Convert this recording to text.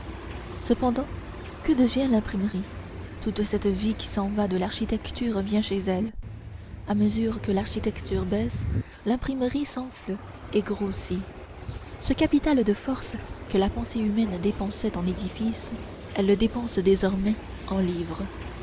cependant que devient l'imprimerie toute cette vie qui s'en va de l'architecture vient chez elle à mesure que l'architecture baisse l'imprimerie s'enfle et grossit ce capital de forces que la pensée humaine dépensait en édifices elle le dépense désormais en livres